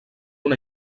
una